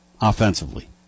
offensively